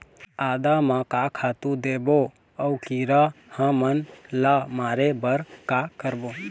आदा म का खातू देबो अऊ कीरा हमन ला मारे बर का करबो?